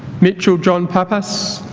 mitchell john papas